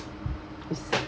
is